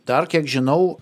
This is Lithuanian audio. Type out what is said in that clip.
dar kiek žinau